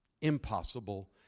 impossible